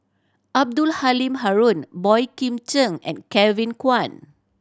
Abdul Halim Haron Boey Kim Cheng and Kevin Kwan